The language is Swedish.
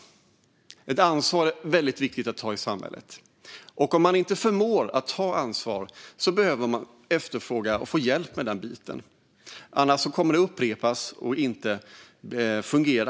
Det är väldigt viktigt att ta ansvar i samhället, och om man inte förmår att ta ansvar behöver man efterfråga och få hjälp med den biten, annars kommer det att upprepas och inte fungera.